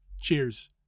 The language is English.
Cheers